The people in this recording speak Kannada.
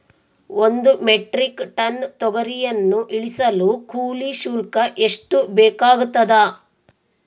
ಒಂದು ಮೆಟ್ರಿಕ್ ಟನ್ ತೊಗರಿಯನ್ನು ಇಳಿಸಲು ಕೂಲಿ ಶುಲ್ಕ ಎಷ್ಟು ಬೇಕಾಗತದಾ?